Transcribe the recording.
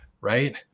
right